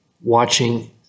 watching